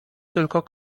tylko